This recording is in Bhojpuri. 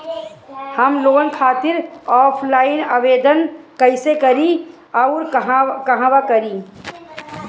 हम लोन खातिर ऑफलाइन आवेदन कइसे करि अउर कहवा करी?